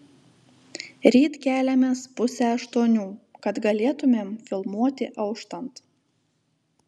ryt keliamės pusę aštuonių kad galėtumėm filmuoti auštant